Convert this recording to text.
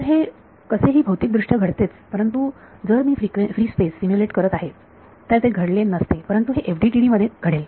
तर हे कसे ही भौतिक दृष्ट्या घडतेच परंतु जर मी फ्री स्पेस सिम्युलेट करत असते तर ते घडले नसते परंतु हे FDTD मध्ये घडेल